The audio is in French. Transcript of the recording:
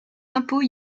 impôts